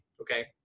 okay